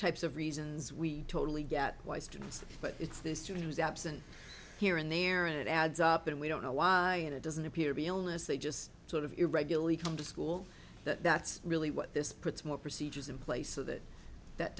types of reasons we totally get why students but it's this student was absent here and there and it adds up and we don't know why and it doesn't appear to be onerous they just sort of irregularly come to school that that's really what this puts more procedures in place so that that